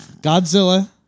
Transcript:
Godzilla